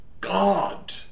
god